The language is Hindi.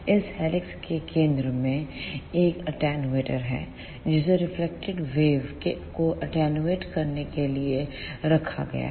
इस हेलिक्स के केंद्र में एक अटैंनूएटर है जिसे रिफ्लेक्टेड वेव को अटैंनूएटकरने के लिए रखा गया है